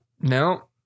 No